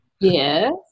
Yes